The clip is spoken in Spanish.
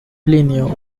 plinio